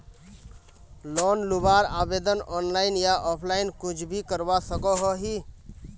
Loan लुबार आवेदन online या ऑफलाइन कुछ भी करवा सकोहो ही?